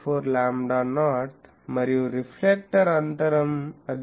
4 lambda naught మరియు reflector అంతరం అది 0